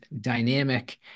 dynamic